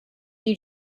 you